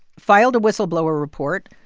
filed a whistleblower report.